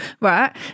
right